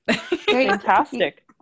fantastic